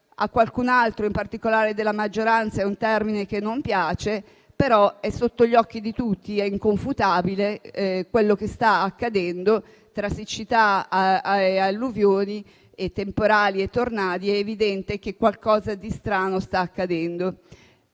a qualcun altro in particolare della maggioranza, ma è sotto gli occhi di tutti ed è inconfutabile quello che sta accadendo tra siccità, alluvioni, temporali e *tornado*: è evidente che qualcosa di strano sta accadendo.